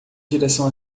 direção